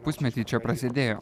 pusmetį čia prasėdėjo